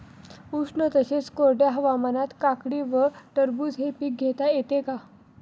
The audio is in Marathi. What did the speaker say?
उष्ण तसेच कोरड्या हवामानात काकडी व टरबूज हे पीक घेता येते का?